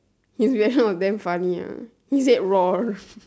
his reaction was damn funny ah he said roar